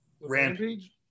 Rampage